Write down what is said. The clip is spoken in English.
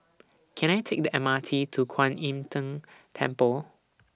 Can I Take The M R T to Kwan Im Tng Temple